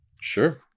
Sure